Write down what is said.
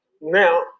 Now